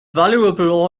valuable